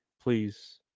please